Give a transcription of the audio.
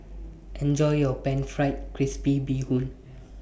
Enjoy your Pan Fried Crispy Bee Hoon